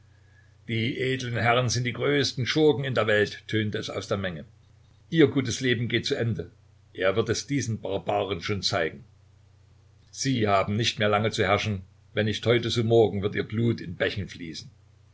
die edlen herren sind die größten schurken in der welt tönte es aus der menge ihr gutes leben geht zu ende er wird es diesen barbaren schon zeigen sie haben nicht mehr lange zu herrschen wenn nicht heute so morgen wird ihr blut in bächen fließen